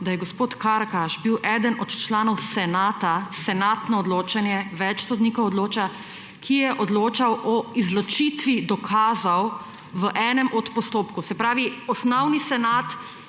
da je gospod Karakaš bil eden od članov senata, senatno odločanje več sodnikov odloča, ki je odločal o izločitvi dokazal v enem od postopkov, se pravi osnovni senat